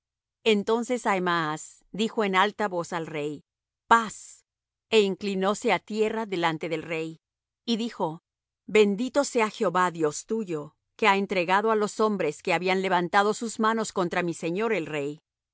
entonces ahimaas dijo en alta voz al rey paz e inclinóse á tierra delante del rey y dijo bendito sea jehová dios tuyo que ha entregado á los hombres que habían levantado sus manos contra mi señor el rey